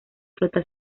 flota